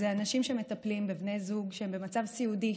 האנשים שמטפלים בבני זוג במצב סיעודי,